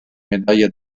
medaglia